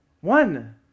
One